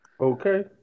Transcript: Okay